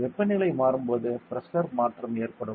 எனவே வெப்பநிலை மாறும்போது பிரஷர் மாற்றம் ஏற்படும்